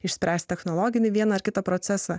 išspręs technologinį vieną ar kitą procesą